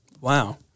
Wow